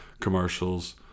commercials